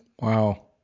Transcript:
Wow